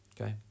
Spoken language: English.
Okay